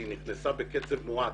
והיא נכנסה בקצב מואץ,